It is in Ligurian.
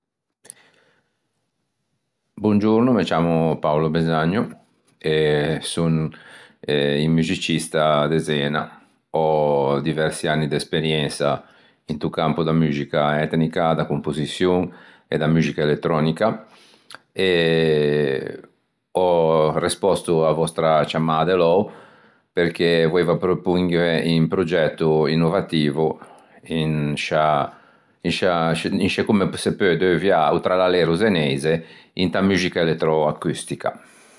Bongiorno me ciammo Paolo Besagno e son eh un muxicista de Zena. Ò diversci anni de esperiensa into campo da muxica etnica, da composiçion e da muxica elettrònica e ò respòsto a-a vòstra ciammâ de lou perché voeiva proponive un progetto innovativo in sciâ in sciâ in sce comme se peu deuviâ o trallalero zeneise inta muxica elettroacustica.